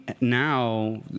now